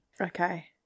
Okay